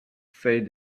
said